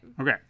Okay